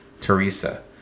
Teresa